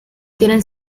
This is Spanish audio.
tienen